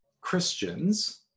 Christians